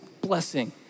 blessing